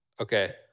okay